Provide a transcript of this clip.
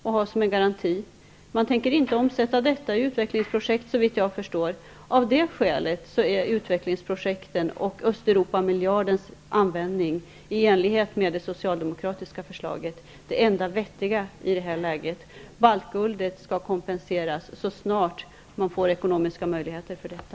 Man tänker såvitt jag förstår inte omsätta detta i utvecklingsprojekt. Av det skälet är utvecklingsprojekten och Östeuropamiljardens användning i enlighet med det socialdemokratiska förslaget det enda vettiga i det här läget. Baltguldet skall kompenseras så snart som man får ekonomiska möjligheter till detta.